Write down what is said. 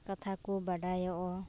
ᱠᱟᱛᱷᱟ ᱠᱚ ᱵᱟᱰᱟᱭᱚᱜᱼᱟ